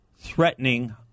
threatening